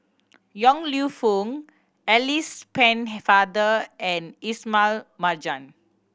Yong Lew Foong Alice Pennefather and Ismail Marjan